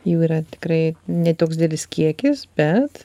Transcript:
jų yra tikrai ne toks didelis kiekis bet